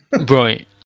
Right